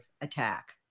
attack